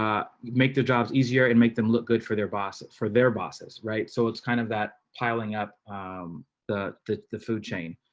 um make the job easier and make them look good for their bosses for their bosses right so it's kind of that piling up the the food chain,